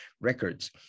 records